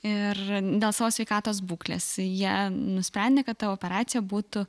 ir dėl savo sveikatos būklės jie nusprendė kad ta operacija būtų